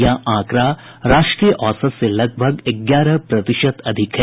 यह आंकड़ा राष्ट्रीय औसत से लगभग ग्यारह प्रतिशत अधिक है